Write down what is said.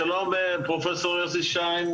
שלום פרופסור יוסי שיין,